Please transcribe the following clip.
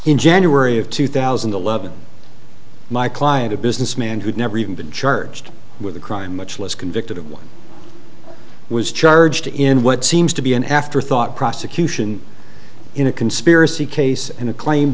in january of two thousand and eleven my client a businessman who'd never even been charged with a crime much less convicted of what was charged in what seems to be an afterthought prosecution in a conspiracy case and a claim